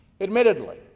Admittedly